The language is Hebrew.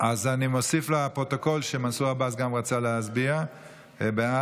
אז אני מוסיף לפרוטוקול שגם מנסור עבאס רצה להצביע בעד.